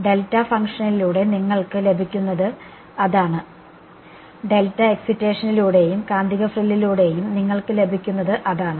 delta testing ഫംഗ്ഷനിലൂടെ നിങ്ങൾക്ക് ലഭിക്കുന്നത് അതാണ് ഡെൽറ്റ എക്സിറ്റേഷനിലൂടെയും കാന്തിക ഫ്രില്ലിലൂടെയും നിങ്ങൾക്ക് ലഭിക്കുന്നത് അതാണ്